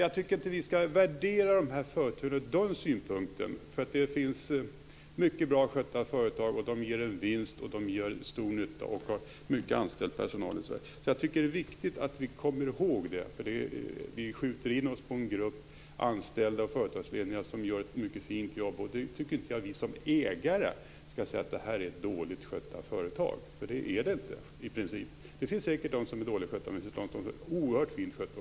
Vi skall inte värdera de här företagen från den synpunkten, därför att det finns mycket bra skötta företag, som ger vinst, gör stor nytta och har många anställda. Det är viktigt att vi kommer ihåg det, därför att vi skjuter in oss på en grupp anställda och företagsledare som gör ett mycket fint jobb. Jag tycker inte att vi som ägare skall säga att det är dåligt skötta företag. Det är de i princip inte. Det finns säkert de som är dåligt skötta, men det finns också de som är oerhört bra skötta.